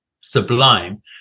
sublime